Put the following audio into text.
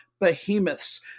behemoths